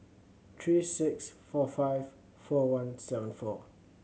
three six four five four one seven four